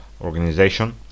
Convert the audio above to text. organization